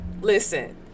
listen